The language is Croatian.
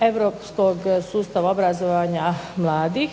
europskog sustava obrazovanja mladih,